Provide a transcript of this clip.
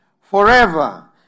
forever